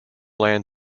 land